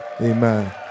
Amen